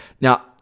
Now